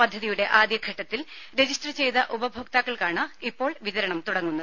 പദ്ധതിയുടെ ആദ്യഘട്ടത്തിൽ രജിസ്റ്റർ ചെയ്ത ഉപഭോക്താക്കൾക്കാണ് ഇപ്പോൾ വിതരണം തുടങ്ങുന്നത്